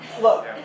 Look